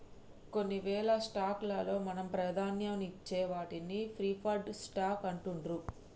కొన్నివేల స్టాక్స్ లలో మనం ప్రాధాన్యతనిచ్చే వాటిని ప్రిఫర్డ్ స్టాక్స్ అంటుండ్రు